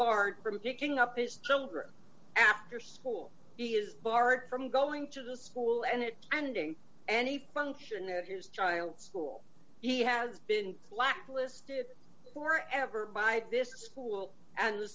barred from picking up his children after school he is barred from going to the school and it ending any function of his child's school he has been blacklisted for ever by this school and the